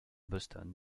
boston